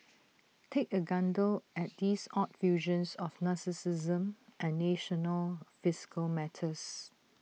take A gander at these odd fusions of narcissism and national fiscal matters